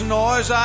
noise